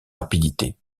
rapidité